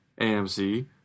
AMC